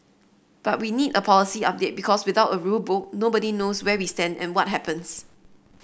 but we need a policy update because without a rule book nobody knows where we stand and what happens